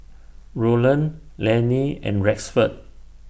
Roland Laney and Rexford